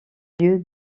lieu